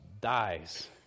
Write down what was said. dies